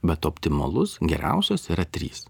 bet optimalus geriausias yra trys